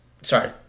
Sorry